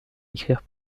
écrire